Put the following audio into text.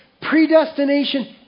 predestination